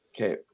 Okay